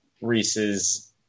Reese's